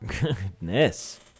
goodness